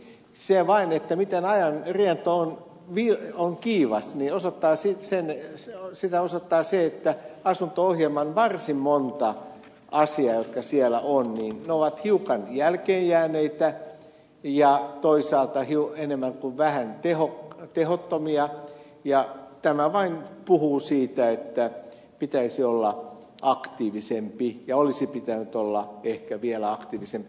sen vain miten ajan riento on kiivas osoittaa se että varsin monet niistä asioista mitä asunto ohjelmassa on ovat hiukan jälkeenjääneitä ja toisaalta enemmän kuin vähän tehottomia ja tämä vain puhuu siitä että pitäisi olla aktiivisempi ja olisi pitänyt olla ehkä vielä aktiivisempi